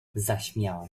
zaśmiała